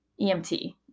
EMT